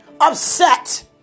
upset